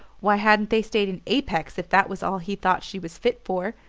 why hadn't they stayed in apex, if that was all he thought she was fit for?